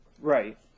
right